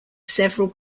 several